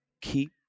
Keep